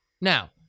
Now